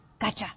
Gotcha